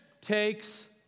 takes